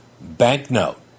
Banknote